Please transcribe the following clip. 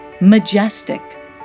majestic